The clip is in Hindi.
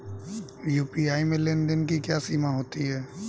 यू.पी.आई में लेन देन की क्या सीमा होती है?